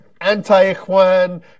anti-Ikhwan